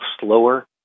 slower